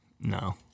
No